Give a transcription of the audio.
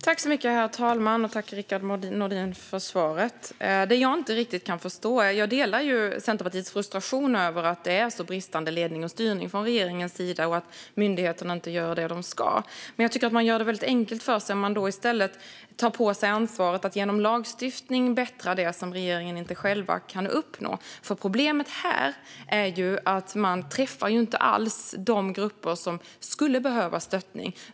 Herr talman! Tack, Rickard Nordin, för svaret! Jag delar Centerpartiets frustration över att regeringens ledning och styrning är bristande och att myndigheterna inte gör det de ska. Men jag tycker att man gör det väldigt enkelt för sig om man då tar på sig ansvaret att genom lagstiftning förbättra när det gäller det som regeringen inte själv kan uppnå. Problemet är ju att man inte alls träffar de grupper som skulle behöva stöttning.